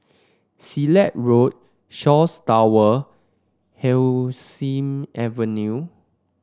Silat Road Shaw Hemsley Avenue